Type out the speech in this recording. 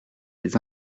des